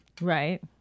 Right